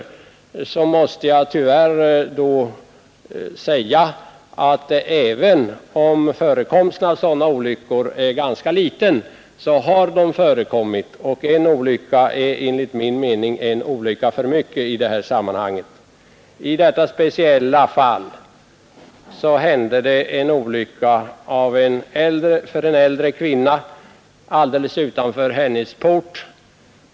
Tyvärr måste jag säga, att även om förekomsten av sådana olyckor är ganska liten, så har de dock förekommit, och en olycka är enligt min mening en olycka för mycket. I detta speciella fall råkade en äldre kvinna ut för en olycka alldeles utanför sin port.